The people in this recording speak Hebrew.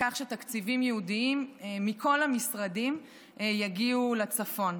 לכך שתקציבים ייעודיים מכל המשרדים יגיעו לצפון.